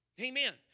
Amen